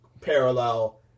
parallel